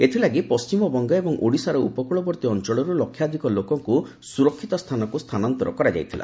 ଏଥିଲାଗି ପଶ୍ଚିମବଙ୍ଗ ଏବଂ ଓଡ଼ିଶାର ଉପକୂଳବର୍ତ୍ତୀ ଅଞ୍ଚଳରୁ ଲକ୍ଷାଧିକ ଲୋକଙ୍କୁ ସୁରକ୍ଷିତ ସ୍ଥାନକୁ ସ୍ଥାନାନ୍ତର କରାଯାଇଥିଲା